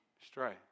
stray